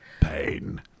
Pain